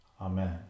Amen